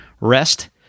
rest